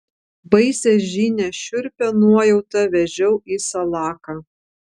baisią žinią šiurpią nuojautą vežiau į salaką